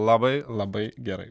labai labai gerai